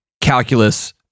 calculus